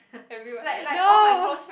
every what no